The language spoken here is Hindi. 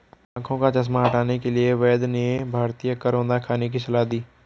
आंखों का चश्मा हटाने के लिए वैद्य ने भारतीय करौंदा खाने की सलाह दी